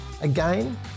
Again